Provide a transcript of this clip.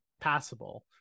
passable